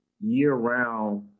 year-round